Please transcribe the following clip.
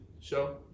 show